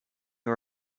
you